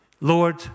Lord